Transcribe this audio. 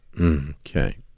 Okay